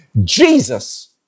Jesus